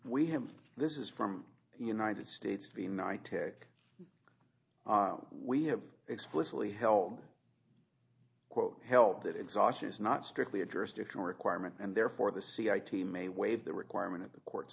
we have this is from united states v my tech we have explicitly held quote help that exhaustion is not strictly a jurisdiction requirement and therefore the c i team may waive the requirement of the court